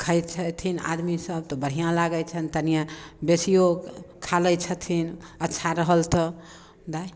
खाए छथिन आदमी सभ तऽ बढ़िऑं लागै छनि तनिए बेसियो खा लए छथिन अच्छा रहल तऽ